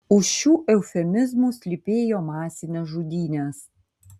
už šių eufemizmų slypėjo masinės žudynės